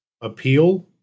appeal